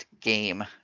Game